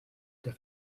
der